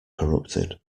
corrupted